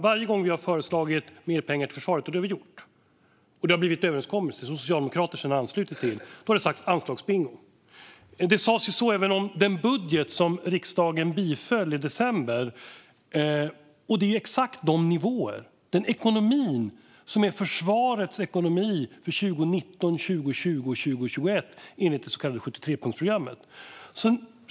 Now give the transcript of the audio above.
Varje gång vi har föreslagit mer pengar till försvaret - och det har vi gjort - har det sagts: Anslagsbingo! Det har ni sagt trots att detta har blivit till överenskommelser som Socialdemokraterna sedan har anslutit sig till. Det sas så även om den budget som riksdagen biföll i december, och det är exakt de nivåer och den ekonomi som är försvarets ekonomi för 2019, 2020 och 2021 enligt det så kallade 73-punktsprogrammet.